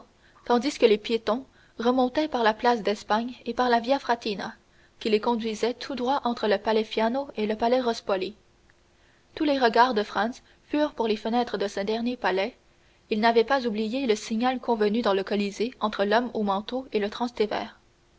tandis que les piétons remontaient par la place d'espagne et par la via frattina qui les conduisait tout droit entre le palais fiano et le palais rospoli tous les regards de franz furent pour les fenêtres de ce dernier palais il n'avait pas oublié le signal convenu dans le colisée entre l'homme au manteau et le